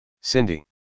Cindy